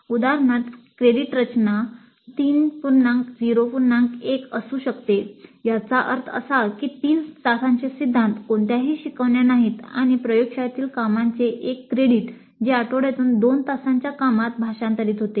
उदाहरणार्थ क्रेडिट रचना 3 0 1 असू शकते याचा अर्थ असा की तीन तासांचे सिद्धांत कोणत्याही शिकवण्या नाहीत आणि प्रयोगशाळेतील कामाचे एक क्रेडिट जे आठवड्यातून दोन तासांच्या कामात भाषांतरित होते